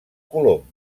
colom